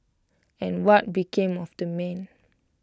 and what became of the man